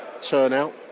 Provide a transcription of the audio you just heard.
turnout